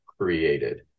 created